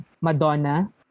Madonna